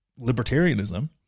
libertarianism